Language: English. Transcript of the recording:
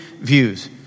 views